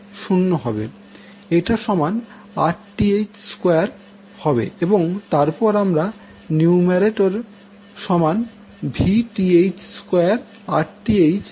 এটা সমান 4Rth2 হবে এবং তারপর আমরা নিউম্যারেটর সমান Vth2 Rth 2 পাবো